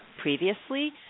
previously